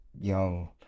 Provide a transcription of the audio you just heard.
young